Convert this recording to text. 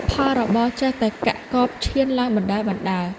ផលរបរចេះតែកាក់កបឈានឡើងបណ្តើរៗ។